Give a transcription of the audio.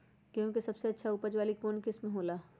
गेंहू के सबसे अच्छा उपज वाली कौन किस्म हो ला?